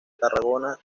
tarragona